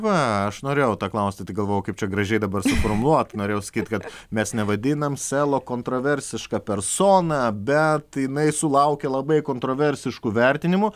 va aš norėjau to paklausti tai galvojau kaip čia gražiai dabar suformuot norėjau sakyt kad mes nevadinam selo kontroversiška persona bet jinai sulaukia labai kontroversiškų vertinimų